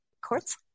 courts